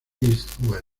west